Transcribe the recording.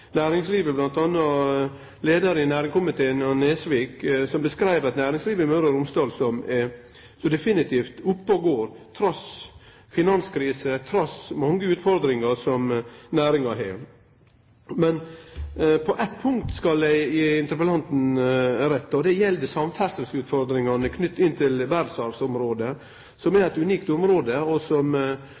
næringslivet, m.a. den tidlegare leiaren i næringskomiteen, Nesvik, som meinte at næringslivet i Møre og Romsdal definitivt er oppe og går, trass finanskrise, trass mange utfordringar som næringa har. Men på eitt punkt skal eg gje interpellanten rett, og det gjeld samferdsleutfordringane knytte opp mot verdsarvsområdet, som er eit unikt område, og som